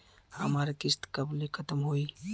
हमार किस्त कब ले खतम होई?